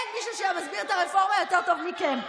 אין מישהו שמסביר את הרפורמה יותר טוב מכם.